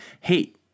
hate